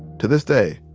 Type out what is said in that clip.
to this day,